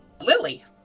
Lily